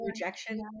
rejection